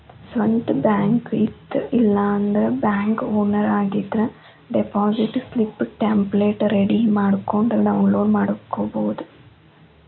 ಸ್ವಂತ್ ಬ್ಯಾಂಕ್ ಇತ್ತ ಇಲ್ಲಾಂದ್ರ ಬ್ಯಾಂಕ್ ಓನರ್ ಆಗಿದ್ರ ಡೆಪಾಸಿಟ್ ಸ್ಲಿಪ್ ಟೆಂಪ್ಲೆಟ್ ರೆಡಿ ಮಾಡ್ಕೊಂಡ್ ಡೌನ್ಲೋಡ್ ಮಾಡ್ಕೊಬೋದು